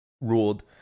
ruled